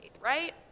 right